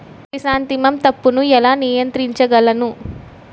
Chrysanthemum తప్పును ఎలా నియంత్రించగలను?